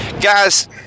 Guys